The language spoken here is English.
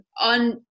On